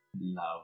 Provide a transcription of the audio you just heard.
love